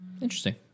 Interesting